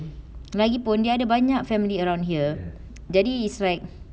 lagipun dia ada banyak family around here daddy is swag